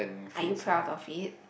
are you proud of it